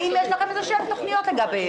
האם יש לכם איזה שהן תכניות לגביהם?